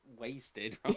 wasted